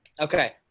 Okay